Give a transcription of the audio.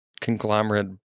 conglomerate